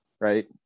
Right